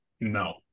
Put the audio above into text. no